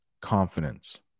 confidence